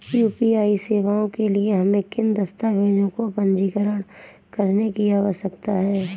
UPI सेवाओं के लिए हमें किन दस्तावेज़ों को पंजीकृत करने की आवश्यकता है?